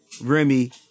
Remy